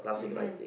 mmhmm